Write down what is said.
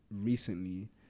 recently